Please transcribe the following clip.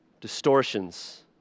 distortions